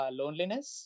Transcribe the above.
loneliness